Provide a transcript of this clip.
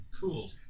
Cool